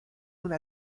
una